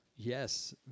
Yes